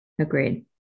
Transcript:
Agreed